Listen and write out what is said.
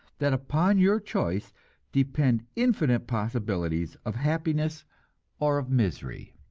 that upon your choice depend infinite possibilities of happiness or of misery.